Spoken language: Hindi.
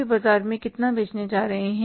भी बाजार में कितना बेचने जा रहे हैं